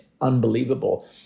unbelievable